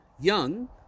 young